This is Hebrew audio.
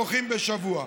דוחים בשבוע.